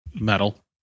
Metal